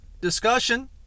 discussion